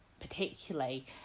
particularly